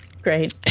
Great